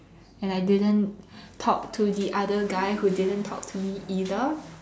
and I didn't talk to the other guy who didn't talk to me either